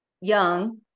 young